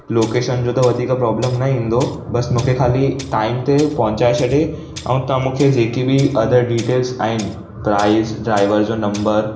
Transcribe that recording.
location जो त वधीक प्रॉब्लम न ईंदो बसि मूंखे ख़ाली टाइम ते पहुचाए छॾे ऐं तव्हां मूंखे जेकी बि अदर डिटेल्स आहिनि प्राइस ड्राइवर जो नंबर